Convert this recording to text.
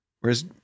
Whereas